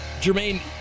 Jermaine